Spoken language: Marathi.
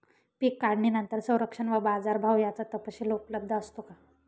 पीक काढणीनंतर संरक्षण व बाजारभाव याचा तपशील उपलब्ध असतो का?